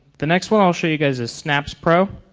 the next one i'll show you guys is snaps pro.